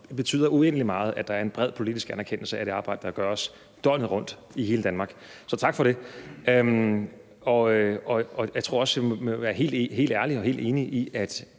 betyder det uendelig meget, at der er en bred politisk anerkendelse af det arbejde, der gøres døgnet rundt i hele Danmark. Så tak for det. Jeg tror også, jeg skal være helt ærlig, og jeg er helt enig i, at